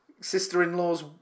sister-in-law's